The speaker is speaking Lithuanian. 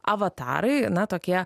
avatarai na tokie